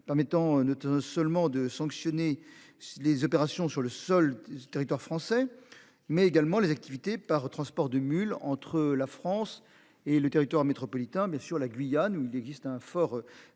permettant note seulement de sanctionner. Les opérations sur le seul territoire français mais également les activités par transport de mule entre la France et le territoire métropolitain mais sur la Guyane où il existe un fort.